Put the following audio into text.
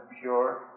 pure